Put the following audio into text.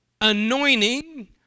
anointing